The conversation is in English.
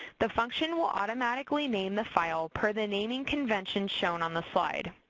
the function will automatically name the file per the naming convention shown on the slide.